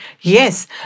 Yes